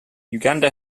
uganda